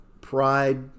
pride